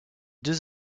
deux